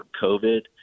COVID